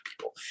people